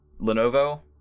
Lenovo